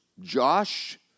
Josh